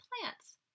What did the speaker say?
plants